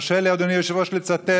הרשה לי, אדוני היושב-ראש, לצטט